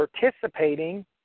participating